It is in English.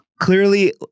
clearly